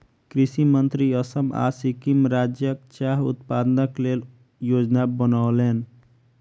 कृषि मंत्री असम आ सिक्किम राज्यक चाह उत्पादनक लेल योजना बनौलैन